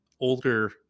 older